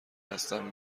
هستم